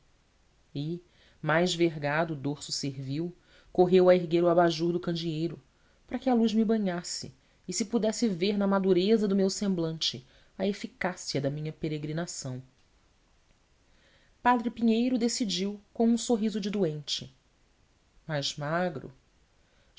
e mais vergado o dorso servil correu a erguer o abajur do candeeiro para que a luz me banhasse e se pudesse ver na madureza do meu semblante a eficácia da minha peregrinação padre pinheiro decidiu com um sorriso de doente mais magro